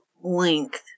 length